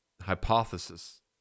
hypothesis